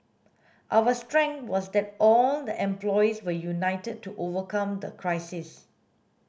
our strength was that all the employees were united to overcome the crisis